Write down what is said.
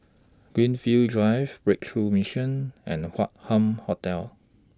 Greenfield Drive Breakthrough Mission and Hup Hotel